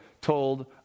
told